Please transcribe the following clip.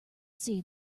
see